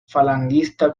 falangista